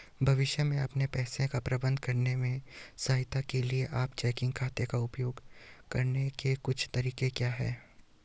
भविष्य में अपने पैसे का प्रबंधन करने में सहायता के लिए आप चेकिंग खाते का उपयोग करने के कुछ तरीके क्या हैं?